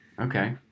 okay